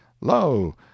Lo